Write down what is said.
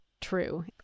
True